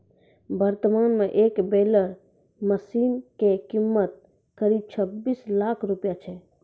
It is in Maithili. वर्तमान मॅ एक बेलर मशीन के कीमत करीब छब्बीस लाख रूपया छै